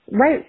right